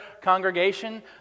congregation